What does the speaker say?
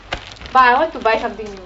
but I want to buy something new